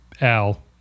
Al